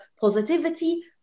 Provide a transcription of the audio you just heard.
positivity